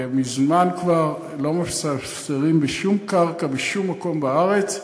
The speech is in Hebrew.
ומזמן כבר לא מספסרים בשום קרקע בשום מקום בארץ.